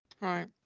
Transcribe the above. Right